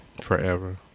Forever